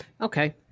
Okay